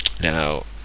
Now